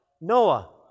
Noah